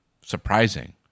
surprising